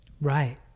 right